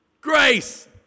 grace